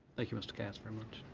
thank you, mr. kass, very much.